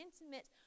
intimate